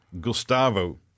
Gustavo